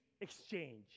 exchange